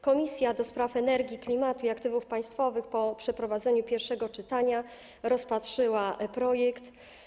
Komisja do Spraw Energii, Klimatu i Aktywów Państwowych po przeprowadzeniu pierwszego czytania rozpatrzyła projekt.